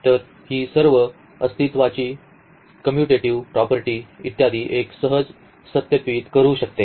तर ही सर्व अस्तित्वाची कॉम्यूटेटिव्ह प्रॉपर्टी इत्यादि एक सहज सत्यापित करू शकते